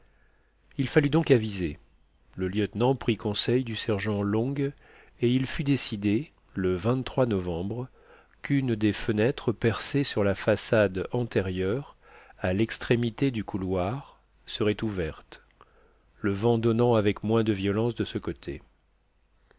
il fallut donc aviser le lieutenant prit conseil du sergent long et il fut décidé le novembre qu'une des fenêtres percée sur la façade antérieure à l'extrémité du couloir serait ouverte le vent donnant avec moins de violence de ce côté